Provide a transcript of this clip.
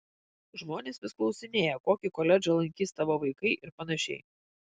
žmonės vis klausinėja kokį koledžą lankys tavo vaikai ir panašiai